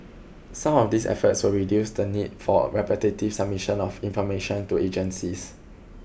some of these efforts will reduce the need for repetitive submission of information to agencies